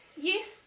yes